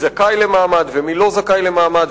שתקבע מי זכאי למעמד ומי לא זכאי למעמד,